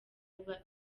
biba